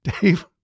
Dave